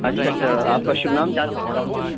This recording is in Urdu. اچھا اچھا آپ کا شبھ نام جان سکتا ہوں